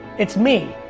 it's me,